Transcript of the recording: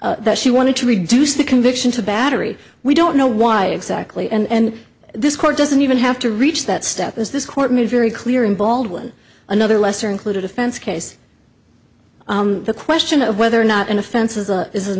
sorry that she wanted to reduce the conviction to battery we don't know why exactly and this court doesn't even have to reach that step is this court made very clear in baldwin another lesser included offense case the question of whether or not an offense is a isn't